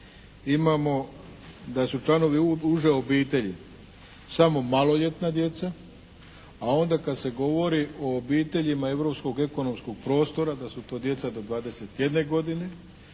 imamo da su članovi uže obitelji samo maloljetna djeca, a onda kad se govori o obiteljima Europskog ekonomskog prostora da su to djeca do 21 godine,